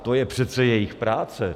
To je přece jejich práce.